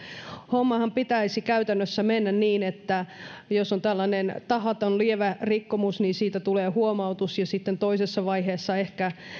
hommanhan pitäisi käytännössä mennä niin että jos on tällainen tahaton lievä rikkomus siitä tulee huomautus ja sitten toisessa vaiheessa ehkä